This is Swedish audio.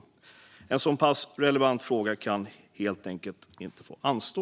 En så pass relevant fråga kan helt enkelt inte anstå.